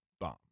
bomb